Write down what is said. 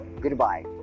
Goodbye